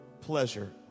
pleasure